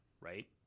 right